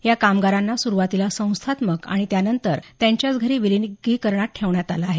या कामगारांना सुरुवातीला संस्थात्मक आणि नंतर त्यांच्याच घरी विलगीकरणात ठेवण्यात आलं आहे